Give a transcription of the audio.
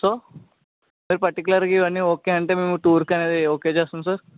so మీరు పర్టిక్యులర్గా ఇవన్నీ ఓకే అంటే మేము టూర్ అనేది ఓకే చేస్తాము సార్